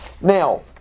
Now